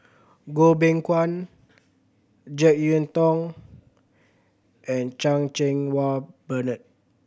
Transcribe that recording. Goh Beng Kwan Jek Yeun Thong and Chan Cheng Wah Bernard